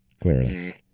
clearly